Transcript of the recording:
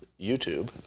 YouTube